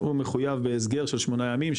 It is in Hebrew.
הוא מחויב בהסגר של שמונה ימים,